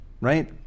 right